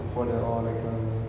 ya that's true